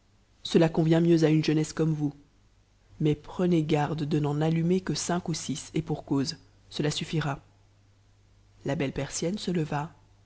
ceb convient mieux à une jeunesse comme vous mais prenez garde de n'en allumer que cinq ou six et pour cause cela suffira la belle persienuc se leva